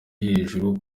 hejuru